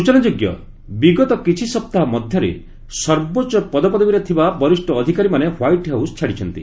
ସୂଚନାଯୋଗ୍ୟ ବିଗତ କିଛି ସପ୍ତାହ ମଧ୍ୟରେ ସର୍ବୋଚ୍ଚ ପଦପଦବୀରେ ଥିବା ବରିଷ୍ଠ ଅଧିକାରୀମାନେ ହ୍ୱାଇଟ୍ ହାଉସ୍ ଛାଡ଼ିଛନ୍ତି